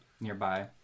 nearby